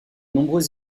nombreux